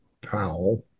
Powell